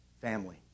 family